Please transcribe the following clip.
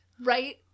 right